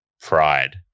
pride